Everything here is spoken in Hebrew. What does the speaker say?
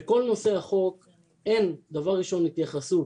בכל הנושא החוק, דבר ראשון, אין התייחסות